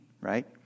right